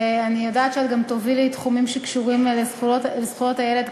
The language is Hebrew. ואני יודעת שאת גם תובילי תחומים שקשורים לזכויות הילד,